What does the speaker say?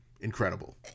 incredible